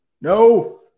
no